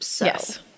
Yes